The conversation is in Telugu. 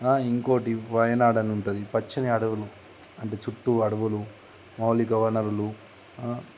ఇంకొకటి వయనాడ్ అని ఉంటుంది పచ్చని అడవులు అంటే చుట్టూ అడవులు మౌళిక వనరులు